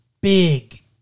big